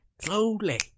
Slowly